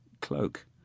cloak